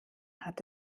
hat